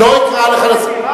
לא אקרא אותך לסדר.